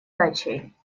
дачей